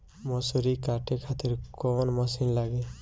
मसूरी काटे खातिर कोवन मसिन लागी?